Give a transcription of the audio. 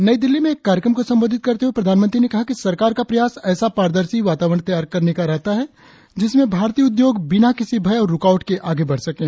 नई दिल्ली में एक कार्यक्रम को संबोधित करते हुए प्रधानमंत्री ने कहा कि सरकार का प्रयास ऐसा पारदर्शी वातावरण तैयार करने का रहता है जिसमें भारतीय उद्योग बिना किसी भय और रुकावट के आगे बढ़ सकें